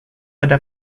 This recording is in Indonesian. ada